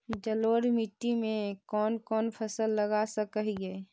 जलोढ़ मिट्टी में कौन कौन फसल लगा सक हिय?